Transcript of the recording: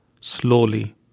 slowly